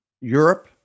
Europe